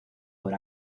por